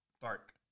dark